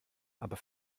aber